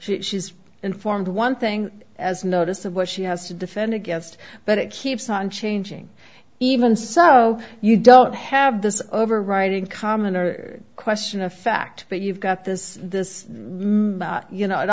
she's informed one thing as notice of what she has to defend against but it keeps on changing even so you don't have this overriding common question of fact that you've got this this you know it